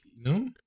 no